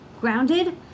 grounded